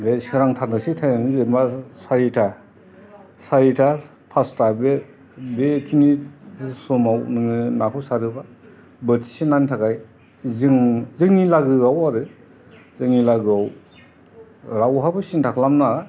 बे सोरां थारनोसै टाइम जेनेबा सारिथा सारिथा फासथा बे बेखिनि समाव नों नाखौ सारोबा बोथिसे नानि थाखाय जों जोंनि लागोआव आरो जोंनि लागोआव रावहाबो सिन्था खालामनाङा